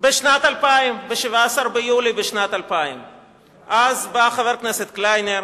היתה ב-17 ביולי בשנת 2000. אז בא חבר הכנסת קליינר,